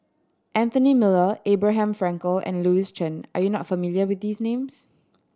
Anthony Miller Abraham Frankel and Louis Chen are you not familiar with these names